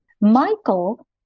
Michael